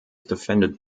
defended